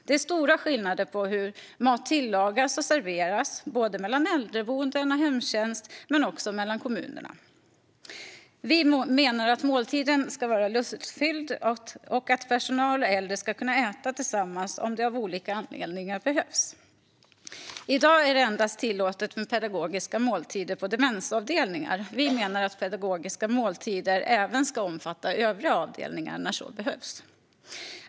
Det är stora skillnader på hur mat tillagas och serveras, såväl mellan äldreboenden och hemtjänst som mellan kommunerna. Vi menar att måltiden ska vara lustfylld och att personal och äldre ska kunna äta tillsammans om det av olika anledningar behövs. I dag är det endast tillåtet med pedagogiska måltider på demensavdelningar, men vi menar att pedagogiska måltider även ska omfatta övriga avdelningar när så behövs.